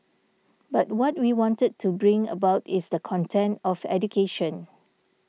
but what we wanted to bring about is the content of education